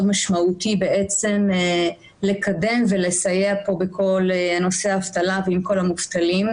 משמעותי לקדם ולסייע פה בכל נושא האבטלה ועם כל המובטלים.